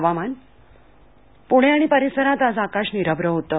हवामान प्णे आणि परिसरात आज आकाश निरभ्र होतं